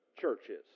churches